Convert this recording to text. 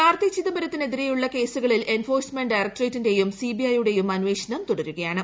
കാർത്തി ചിദംബരത്തിന് എതിരെയുള്ള കേസുകളിൽ എൻഫോഴ്സ്മെന്റ് ഡയറക്ടറേറ്റിന്റെയും സിബിഐയുടെയും അന്വേഷണം തുടരുകയാണ്